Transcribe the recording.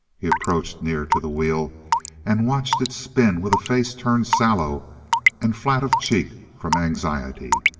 he approached near to the wheel and watched its spin with a face turned sallow and flat of cheek from anxiety.